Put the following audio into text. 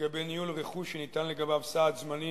לגבי ניהול רכוש שניתן לגביו סעד זמני